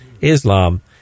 Islam